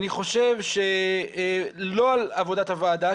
אני חושב שלא על עבודת הוועדה,